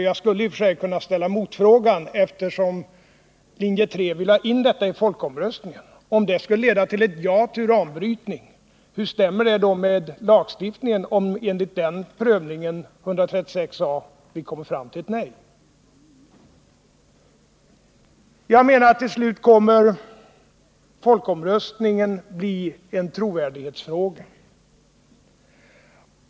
Jag skulle i och för sig kunna ställa en motfråga, eftersom företrädarna för linje 3 vill ha in detta i folkomröstningen. Om folkomröstningen skulle leda till ett ja till uranbrytning — hur stämmer det då med lagstiftningen, om man vid prövning enligt 136 a § byggnadslagen kommer fram till ett nej? Jag menar att folkomröstningen till slut kommer att bli en trovärdighetsfråga.